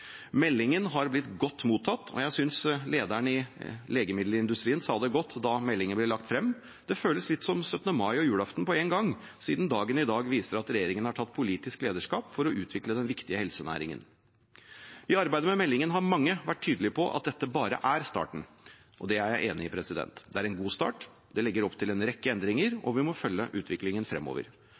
Meldingen har blitt godt mottatt, og jeg synes lederen i Legemiddelindustrien sa det godt da meldingen ble lagt frem: Det føles litt som 17. mai og julaften på én gang, siden dagen i dag viser at regjeringen har tatt politisk lederskap for å utvikle den viktige helsenæringen. I arbeidet med meldingen har mange vært tydelige på at dette bare er starten, og det er jeg enig i. Det er en god start. Det legger opp til en rekke endringer, og vi må følge utviklingen fremover.